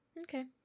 Okay